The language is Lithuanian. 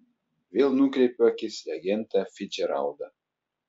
vėl nukreipiu akis į agentą ficdžeraldą